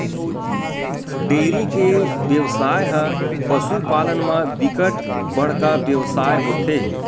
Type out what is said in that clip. dairy के बेवसाय ह पसु पालन म बिकट बड़का बेवसाय होथे